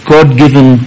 God-given